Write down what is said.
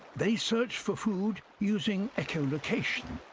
they search for food using echolocation,